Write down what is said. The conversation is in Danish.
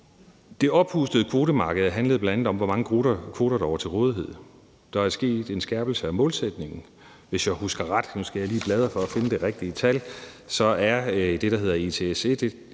Det oppustede kvotemarked handlede bl.a. om, hvor mange kvoter der var til rådighed. Der er sket en skærpelse af målsætningen. Hvis jeg husker ret – nu skal jeg lige